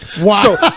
Wow